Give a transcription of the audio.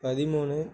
பதிமூணு